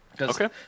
Okay